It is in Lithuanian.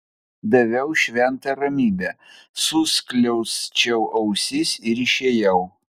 daviau šventą ramybę suskliausčiau ausis ir išėjau